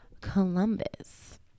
Columbus